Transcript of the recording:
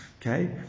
Okay